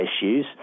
issues